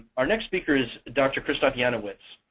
our next speaker is dr. krzysztof janowicz,